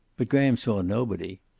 but graham saw nobody.